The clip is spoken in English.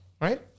right